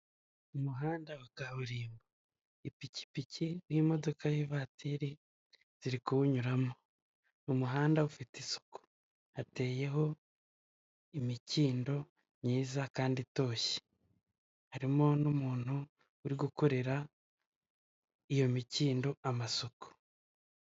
Mu muhanda wa kaburimbo. Ipikipiki n'imodoka y'ivatiri ziri kuwunyuramo. Umuhanda ufite isuku. Hateyeho imikindo myiza kandi itoshye. Harimo n'umuntu uri gukorera iyo mikindo amasuku.